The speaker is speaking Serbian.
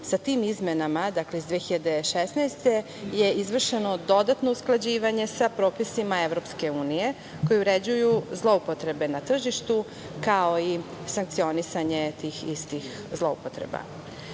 tim izmena, dakle iz 2016. godine, je izvršeno dodatno usklađivanje sa propisima EU koje uređuju zloupotrebe na tržištu, kao i sankcionisanje tih istih zloupotreba.U